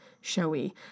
showy